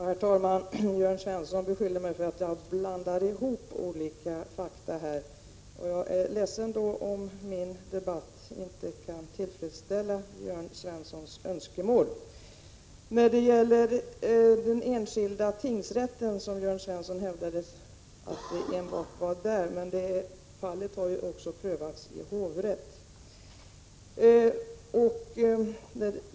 Herr talman! Jörn Svensson beskyller mig för att blanda ihop fakta. Jag är ledsen om mitt sätt att debattera inte tillfredsställer Jörn Svenssons önskemål. Jörn Svensson hävdade att det enbart gäller den enskilda tingsrätten, men det aktuella fallet har också prövats i hovrätten.